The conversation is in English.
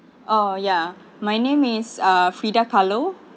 oh ya my name is ah frida kahlo